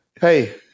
Hey